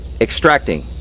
extracting